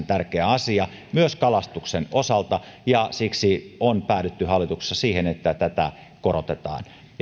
tärkeä asia myös kalastuksen osalta ja siksi on päädytty hallituksessa siihen että tätä korotetaan